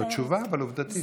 זו תשובה עובדתית.